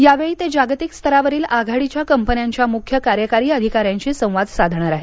यावेळी ते जागतिक स्तरावरील आघाडीच्या कंपन्यांच्या मुख्य कार्यकारी अधिकाऱ्यांशी संवाद साधणार आहेत